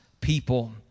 people